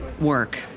work